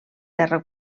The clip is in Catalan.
terra